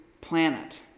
planet